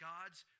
God's